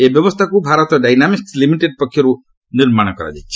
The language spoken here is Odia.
ଏହି ବ୍ୟବସ୍ଥାକୁ ଭାରତ ଡାଇନାମିକ୍କ ଲିମିଟେଡ୍ ପକ୍ଷରୁ ନିର୍ମାଣ କରାଯାଇଛି